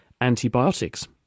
antibiotics